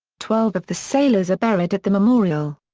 twelve of the sailors are buried at the memorial.